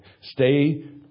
Stay